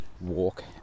walk